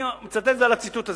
אני מצטט את הציטוט הזה.